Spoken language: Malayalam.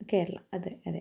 കേരള അതെ അതെ